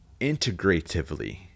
integratively